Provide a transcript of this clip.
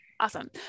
Awesome